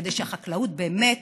כדי שהחקלאות באמת